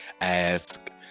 ask